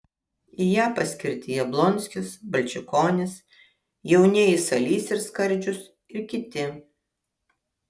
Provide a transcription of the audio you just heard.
į ją paskirti jablonskis balčikonis jaunieji salys ir skardžius ir kiti